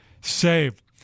save